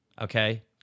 Okay